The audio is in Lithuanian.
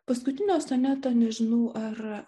paskutinio soneto nežinau ar